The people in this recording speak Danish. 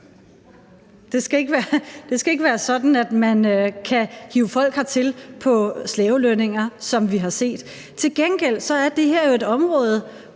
det skal ikke være sådan, at man kan hive folk hertil på slavelønninger, som vi har set det. Til gengæld er det her jo et område,